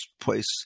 place